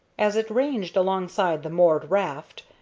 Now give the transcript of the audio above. as it ranged alongside the moored raft,